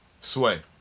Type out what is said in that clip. Sway